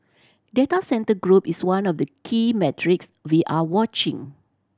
data centre group is one of the key metrics we are watching